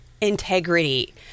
integrity